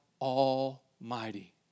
Almighty